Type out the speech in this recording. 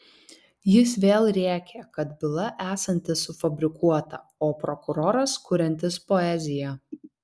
jis vėl rėkė kad byla esanti sufabrikuota o prokuroras kuriantis poeziją